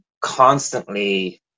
constantly